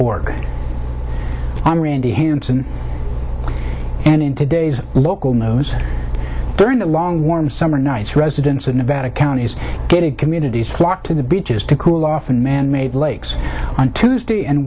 org i'm randi hanson and in today's local news here in the long warm summer nights residents in nevada counties get communities flocked to the beaches to cool off and manmade lakes on tuesday and